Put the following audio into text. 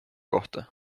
kohta